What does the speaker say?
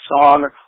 song